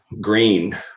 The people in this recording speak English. green